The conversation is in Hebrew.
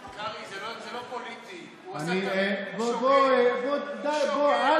קרעי, זה לא פוליטי, הוא, דיי, בוא, אל